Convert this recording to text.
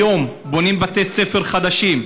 היום בונים בתי ספר חדשים,